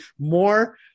more